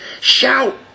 Shout